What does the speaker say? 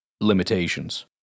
limitations